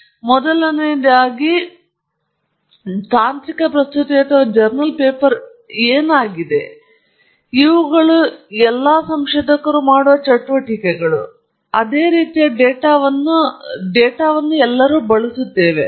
ಆದ್ದರಿಂದ ಮೊದಲನೆಯದಾಗಿ ನಾವು ನೋಡೋಣ ತಾಂತ್ರಿಕ ಪ್ರಸ್ತುತಿ ಮತ್ತು ಜರ್ನಲ್ ಪೇಪರ್ ಆಗಿದೆ ಏಕೆಂದರೆ ಇವುಗಳು ಎರಡೂ ಸಂಶೋಧಕರು ಮಾಡುವ ಚಟುವಟಿಕೆಗಳು ಮತ್ತು ಸಾಮಾನ್ಯವಾಗಿ ನಾವು ಅದೇ ರೀತಿಯ ಡೇಟಾವನ್ನು ಬಳಸುತ್ತಿದ್ದೇವೆ